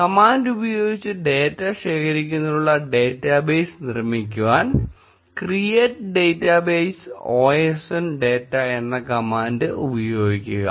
command ഉപയോഗിച്ച് data ശേഖരിക്കുന്നതിനുള്ള database നിർമിക്കാൻ create database osn data എന്ന കമാൻഡ് ഉപയോഗിക്കുക